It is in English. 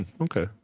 Okay